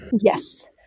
Yes